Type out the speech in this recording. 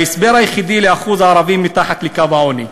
ההסבר היחידי לאחוז הערבים מתחת לקו העוני,